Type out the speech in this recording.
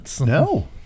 No